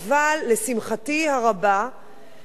אבל לשמחתי הרבה,